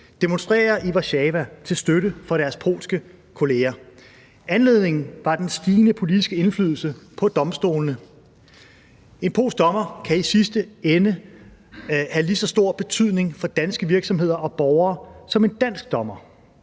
demonstrere i Warszawa til støtte for deres polske kolleger. Anledningen var den stigende politiske indflydelse på domstolene. En polsk dommer kan i sidste ende have lige så stor betydning for danske virksomheder og borgere som en dansk dommer,